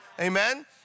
Amen